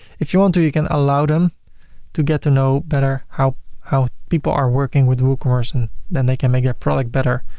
if you want to, you can allow them to get to know better how how people are working with woocommerce and then they can make their product better.